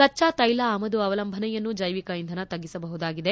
ಕಚ್ಚಾ ತೈಲ ಆಮದು ಅವಲಂಬನೆಯನ್ನು ಚೈವಿಕ ಇಂಧನ ತಗ್ಗಿಸಬಹುದಾಗಿದೆ